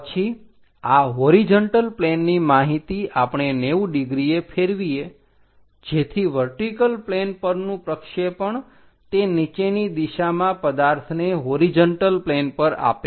પછી આ હોરીજન્ટલ પ્લેનની માહિતી આપણે 90 ડિગ્રીએ ફેરવીએ જેથી વર્ટિકલ પ્લેન પરનું પ્રક્ષેપણ તે નીચેની દિશામાં પદાર્થને હોરીજન્ટલ પ્લેન પર આપે છે